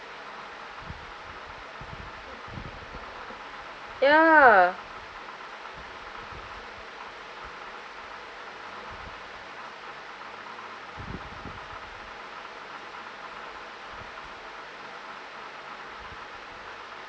ya